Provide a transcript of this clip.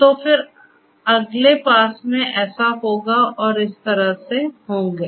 तो फिर अगले पास में ऐसा होगा और इस तरह से होंगे